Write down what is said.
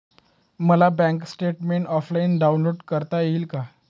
मला bank statement offline download करता येईल का?